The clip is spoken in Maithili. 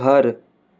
घर